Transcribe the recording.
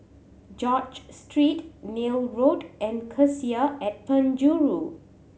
George Street Neil Road and Cassia at Penjuru